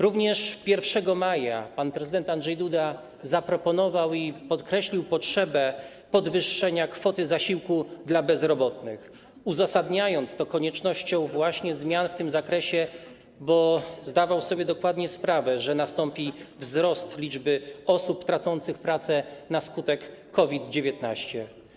Również 1 maja pan prezydent Andrzej Duda zaproponował i podkreślił potrzebę podwyższenia kwoty zasiłku dla bezrobotnych, uzasadniając to koniecznością właśnie zmian w tym zakresie, bo zdawał sobie dokładnie sprawę, że nastąpi wzrost liczby osób tracących pracę na skutek COVID-19.